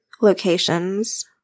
locations